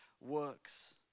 works